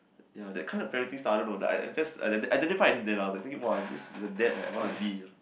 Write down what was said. ya that kind of parenting style I don't know I just I identify with him then I was thinking like !wah! this is the dad I wanna be